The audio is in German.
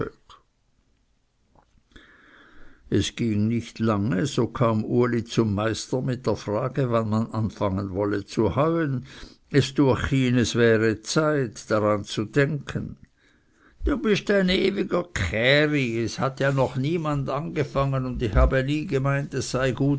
es ging nicht lange so kam uli zum meister mit der frage wann man anfangen wolle zu heuen es düech ihn es wäre zeit daran zu denken du bist ein ewiger käri es hat ja noch niemand angefangen und ich habe nie gemeint daß es gut sei